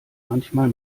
manchmal